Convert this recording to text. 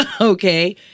okay